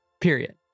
Period